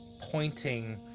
pointing